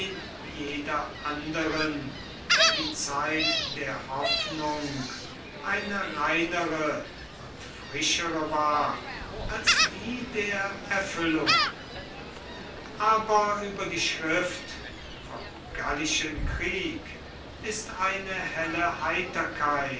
jeder anderen die zeit der hoffnung eine reinere und frischere war als die der erfüllung aber über die schrift vom gallischen krieg ist eine helle heiterkeit